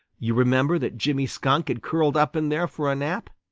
you remember that jimmy skunk had curled up in there for a nap.